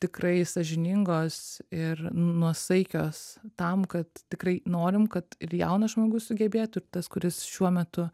tikrai sąžiningos ir nuosaikios tam kad tikrai norim kad ir jaunas žmogus sugebėtų ir tas kuris šiuo metu